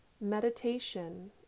Meditation